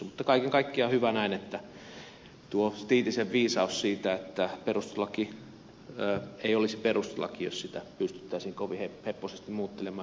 mutta kaiken kaikkiaan hyvä näin tuo tiitisen viisaus siitä että perustuslaki ei olisi perustuslaki jos sitä pystyttäisiin kovin heppoisesti muuttelemaan